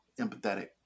empathetic